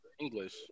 English